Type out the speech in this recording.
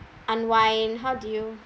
unwind how do you